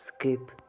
skip